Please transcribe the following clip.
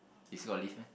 you still got to leave meh